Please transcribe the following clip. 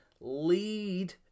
lead